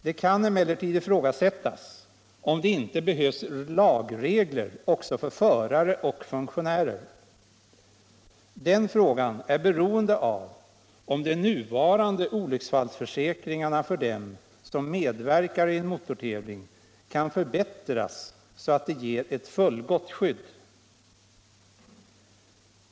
Det kan emellertid ifrågasättas om det inte behövs lagregler också för 7 förare och funktionärer. Den frågan är beroende av om de nuvarande olycksfallsförsäkringarna för dem som medverkar i en motortävling kan förbättras så att de ger ett fullgott skydd.